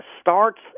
starts